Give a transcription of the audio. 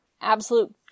Absolute